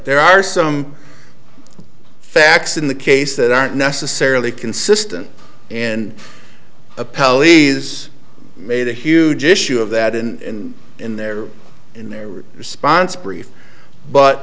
there are some facts in the case that aren't necessarily consistent in a pallies made a huge issue of that in in their in their response brief but